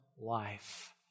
life